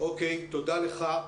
תודה לך.